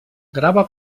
grava